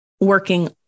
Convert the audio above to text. working